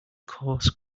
coarse